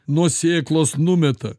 nuo sėklos numeta